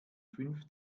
fünf